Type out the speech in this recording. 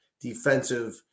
defensive